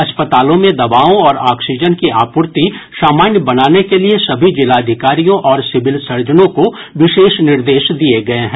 अस्पतालों में दवाओं और आक्सीजन की आपूर्ति सामान्य बनाने के लिए सभी जिलाधिकारियों और सिविल सर्जनों को विशेष निर्देश दिये गये हैं